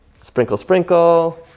sprinkle, sprinkle,